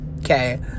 okay